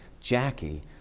Jackie